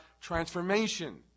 transformation